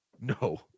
No